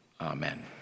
amen